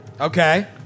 Okay